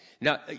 Now